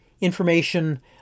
Information